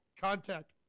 contact